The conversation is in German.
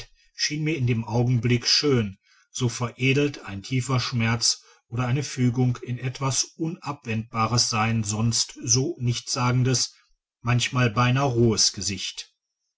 schien mir in dem augenblick schön so veredelte ein tiefer schmerz oder eine fügung in etwas unabwendbares sein sonst so nichtssagendes manchmal beinahe rohes gesicht